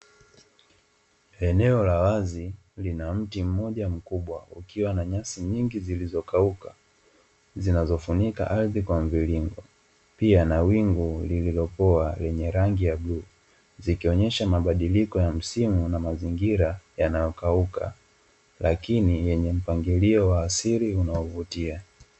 Eneo la wazi lina mti mmoja mkubwa, ukiwa na nyasi nyingi zilizokauka, zinazofunika ardhi kwa mviringo, pia na wingu lililopoa lenye rangi ya bluu, zikionyesha mabadiliko ya msimu na mazingira yanayokauka, lakini yenye mpangilio wa asili unaovutia.